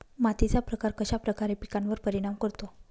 मातीचा प्रकार कश्याप्रकारे पिकांवर परिणाम करतो?